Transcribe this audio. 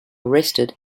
arrested